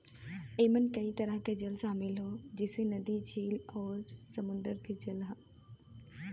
एमन कई तरह के जल शामिल हौ जइसे नदी, झील आउर समुंदर के जल